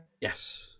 Yes